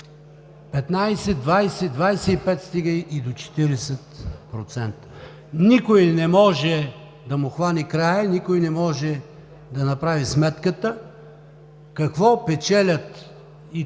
15, 20, 25, стига и до 40%. Никой не може да му хване края, никой не може да направи сметката какво печелят –